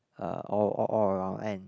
uh all all around and